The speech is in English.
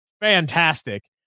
fantastic